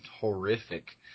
horrific